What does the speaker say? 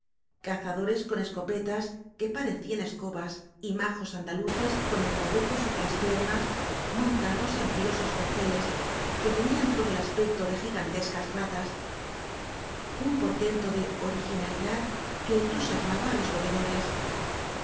cazadores con escopetas que parecían escobas y majos anda luces con el trabuco sobre las piernas monta dos n briosos corceles que tenían todo el as pecto de gigantescas ratas un portento ele originalidad que entusiasmaba á los bebedores